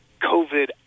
COVID